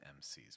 MCs